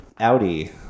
audi